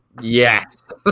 yes